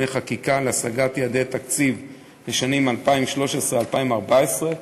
חקיקה להשגת יעדי התקציב לשנים 2013 ו-2014),